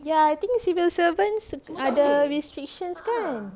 ya I think civil servants ada restriction kan